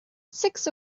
six